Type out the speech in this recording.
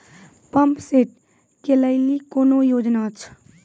Pump set केलेली कोनो योजना छ?